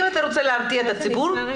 אם אתה רוצה להרגיע את הציבור,